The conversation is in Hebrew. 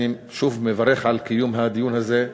אני שוב מברך על קיום הדיון הזה.